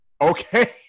okay